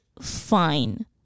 fine